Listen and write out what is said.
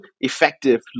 effective